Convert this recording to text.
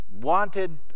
wanted